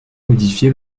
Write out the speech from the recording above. modifié